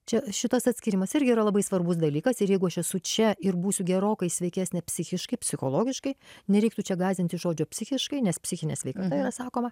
čia šitas atskyrimas irgi yra labai svarbus dalykas ir jeigu aš esu čia ir būsiu gerokai sveikesnė psichiškai psichologiškai nereiktų čia gąsdintis žodžio psichiškai nes psichinė sveikata yra sakoma